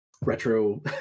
retro